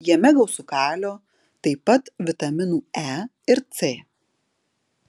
jame gausu kalio taip pat vitaminų e ir c